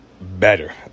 better